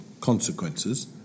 consequences